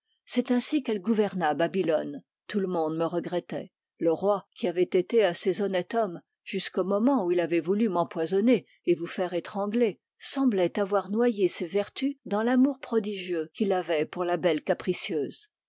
c'est ainsi qu'elle gouverna babylone tout le monde me regrettait le roi qui avait été assez honnête homme jusqu'au moment où il avait voulu m'empoisonner et vous faire étrangler semblait avoir noyé ses vertus dans l'amour prodigieux qu'il avait pour la belle capricieuse